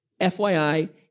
FYI